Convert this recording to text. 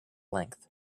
length